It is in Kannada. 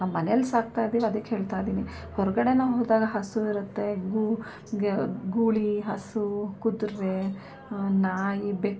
ನಮ್ಮ ಮನೆಯಲ್ ಸಾಕ್ತಾಯಿದೀವಿ ಅದಕ್ಕೆ ಹೇಳ್ತಾಯಿದೀನಿ ಹೊರಗಡೆ ನಾವು ಹೋದಾಗ ಹಸು ಇರುತ್ತೆ ಗೂಳಿ ಹಸು ಕುದುರೆ ನಾಯಿ ಬೆಕ್ಕು